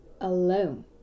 alone